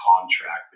contract